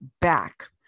back